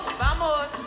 vamos